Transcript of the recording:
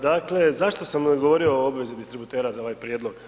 Dakle zašto sam govorio o obvezi distributera za ovaj prijedlog?